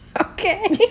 Okay